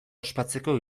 ospatzeko